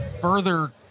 further